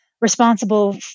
responsible